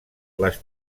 les